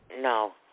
No